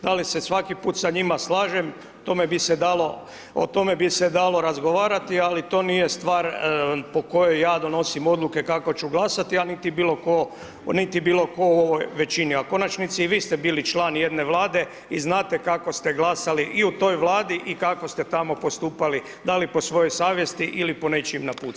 Da li se svaki puta s njima slažem o tome bi se dalo, o tome bi se dalo razgovarati ali to nije stvar po kojoj ja donosim odluke kako ću glasati, a niti bilo tko, niti bilo tko u ovoj većini, a u konačnici i vi ste bili član jedne vlade i znate kako ste glasali i u toj vladi i kako ste tamo postupali, da li po svojoj savjesti ili po nečijim napucima.